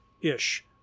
ish